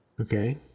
Okay